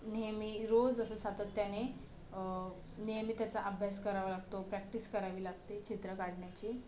नेहमी रोज असं सातत्याने नेहमी त्याचा अभ्यास करावा लागतो प्रॅक्टिस करावी लागते चित्र काढण्याची